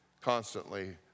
constantly